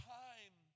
time